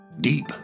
Deep